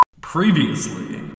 previously